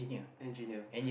engineer